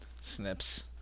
Snips